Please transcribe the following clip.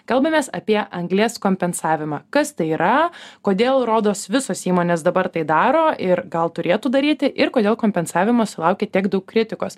kalbamės apie anglies kompensavimą kas tai yra kodėl rodos visos įmonės dabar tai daro ir gal turėtų daryti ir kodėl kompensavimas sulaukia tiek daug kritikos